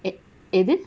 it is it